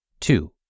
Two